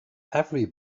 every